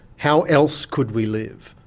how else could we live,